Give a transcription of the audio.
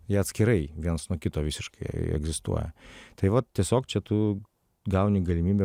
jie atskirai vienas nuo kito visiškai egzistuoja tai va tiesiog čia tu gauni galimybę